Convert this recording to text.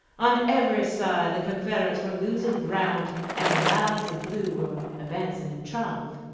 on every side the confederates were losing ground, and the lines of blue were advancing in triumph.